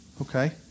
Okay